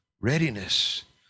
readiness